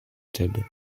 thèbes